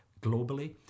globally